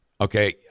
Okay